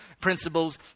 principles